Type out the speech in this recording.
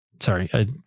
sorry